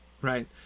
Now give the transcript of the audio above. right